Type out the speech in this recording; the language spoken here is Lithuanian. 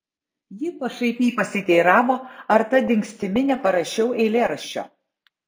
ji pašaipiai pasiteiravo ar ta dingstimi neparašiau eilėraščio